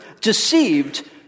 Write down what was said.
deceived